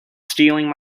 stealing